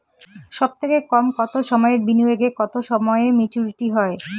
সবথেকে কম কতো সময়ের বিনিয়োগে কতো সময়ে মেচুরিটি হয়?